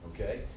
okay